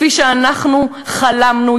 כפי שאנחנו חלמנו,